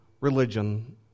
religion